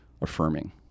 affirming